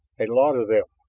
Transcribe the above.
a lot of them,